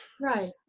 right